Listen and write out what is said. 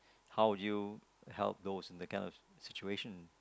how you help those in that kind of situation